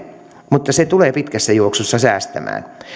mutta se tulee pitkässä juoksussa säästämään